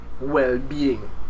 well-being